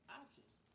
options